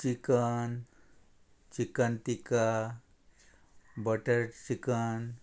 chicken chicken tikka butter chicken